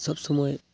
ᱥᱚᱵ ᱥᱚᱢᱚᱭ